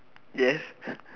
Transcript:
yes